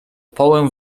połę